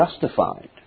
justified